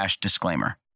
disclaimer